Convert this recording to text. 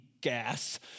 gas